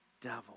devil